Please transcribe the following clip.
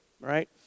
right